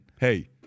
hey—